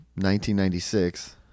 1996